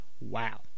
Wow